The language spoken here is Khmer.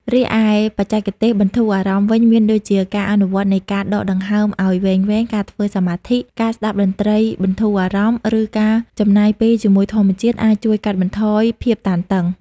រីឯ បច្ចេកទេសបន្ធូរអារម្មណ៍វិញមានដូចជា ការអនុវត្តនៃការដកដង្ហើមឲ្យវែងៗ ការធ្វើសមាធិ ការស្តាប់តន្ត្រីបន្ធូរអារម្មណ៍ ឬការចំណាយពេលជាមួយធម្មជាតិ អាចជួយកាត់បន្ថយភាពតានតឹង។